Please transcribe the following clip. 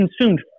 consumed